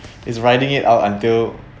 is riding it out until